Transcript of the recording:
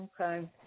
Okay